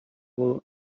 for